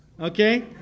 okay